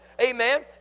Amen